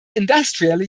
industrially